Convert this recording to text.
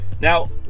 Now